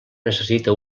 necessita